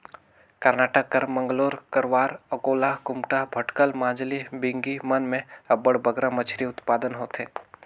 करनाटक कर मंगलोर, करवार, अकोला, कुमटा, भटकल, मजाली, बिंगी मन में अब्बड़ बगरा मछरी उत्पादन होथे